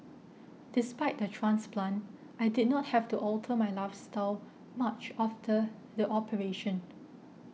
despite the transplant I did not have to alter my lifestyle much after the operation